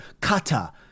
kata